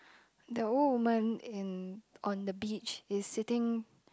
that old woman in on the beach is sitting